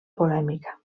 polèmica